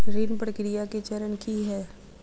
ऋण प्रक्रिया केँ चरण की है?